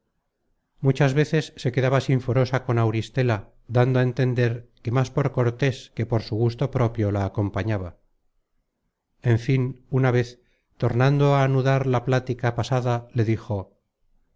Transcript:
muchas veces se quedaba sinforosa con auristela dando á entender que más por cortés que por su gusto propio la acompañaba en fin una vez tornando á anudar la plática pasada le dijo